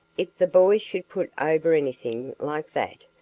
if the boys should put over anything like that,